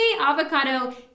avocado